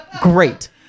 Great